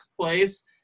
place